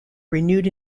renewed